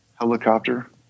helicopter